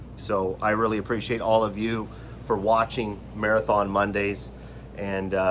so i really appreciate all of you for watching marathon mondays and